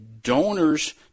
donors